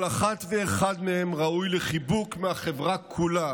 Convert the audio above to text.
כל אחת ואחד מהם ראוי לחיבוק מהחברה כולה